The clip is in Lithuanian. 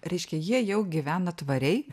reiškia jie jau gyvena tvariai